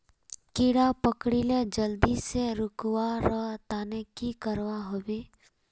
कीड़ा पकरिले जल्दी से रुकवा र तने की करवा होबे?